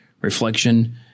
reflection